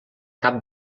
cap